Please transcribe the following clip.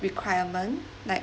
requirement like